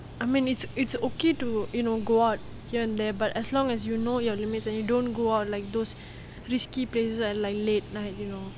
I mean it's it's okay to you know go out here and there but as long as you know your limits and you don't go out like those risky places like late night you know